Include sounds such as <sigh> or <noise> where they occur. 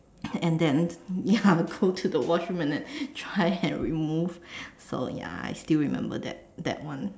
and then ya <laughs> go to the washroom and then dry and remove so ya I still remember that that one